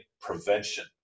prevention